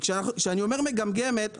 כשאני אומר מגמגמת,